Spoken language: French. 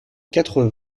quatre